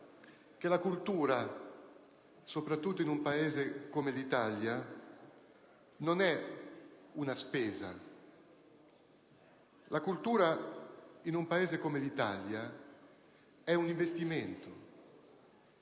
la cultura, soprattutto in un Paese come l'Italia, non è una spesa. La cultura in un Paese come l'Italia è un investimento,